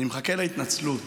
אני מחכה להתנצלות.